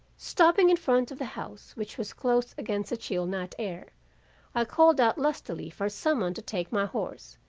stopping in front of the house, which was closed against the chill night air, i called out lustily for someone to take my horse,